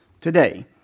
today